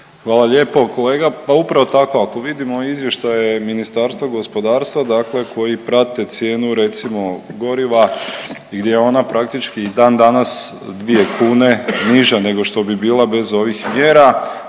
Hvala lijepo. Kolega, pa upravo tako, ako vidimo izvještaje Ministarstva gospodarstva dakle koji prate cijenu recimo goriva gdje je ona praktički i dan danas 2 kune niža nego što bi bila bez ovih mjera,